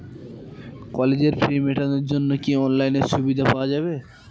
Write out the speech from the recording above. কলেজের ফি মেটানোর জন্য কি অনলাইনে সুবিধা পাওয়া যাবে?